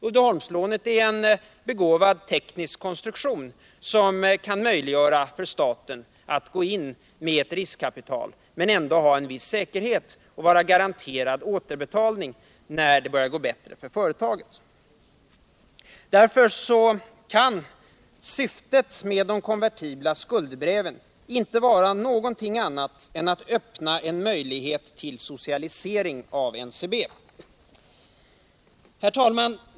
Uddeholmslånet är en tekniskt begåvad konstruktion, som kan möjliggöra för staten att gå in med ett riskkapital men ändå ha en viss säkerhet och vara garanterad återbetalning när det börjar gå bättre för företaget. Syftet med de konvertibla skuldebreven kan således inte vara någonting annat än att öppna en möjlighet till socialisering av NCB. Herr talman!